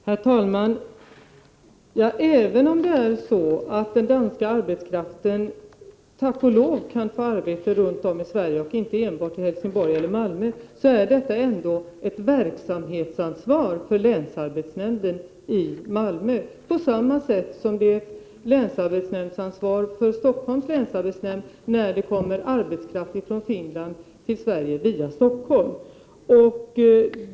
Herr talman! Även om den danska arbetskraften, tack och lov, kan få arbete runt om i Sverige och inte enbart i Helsingborg eller Malmö, är det fråga om ett verksamhetsansvar för länsarbetsnämnden i Malmö på samma sätt som det är ett länsarbetsnämndsansvar för Stockholms läns arbetsnämnd, när det kommer arbetskraft från Finland till Sverige via Stockholm.